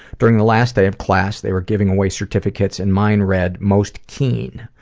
during the last day of class, they were giving away certificates, and mine read, most keen.